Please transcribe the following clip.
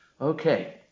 Okay